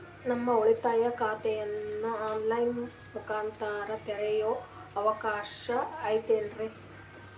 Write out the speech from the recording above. ನಾನು ಉಳಿತಾಯ ಖಾತೆಯನ್ನು ಆನ್ ಲೈನ್ ಮುಖಾಂತರ ತೆರಿಯೋ ಅವಕಾಶ ಐತೇನ್ರಿ?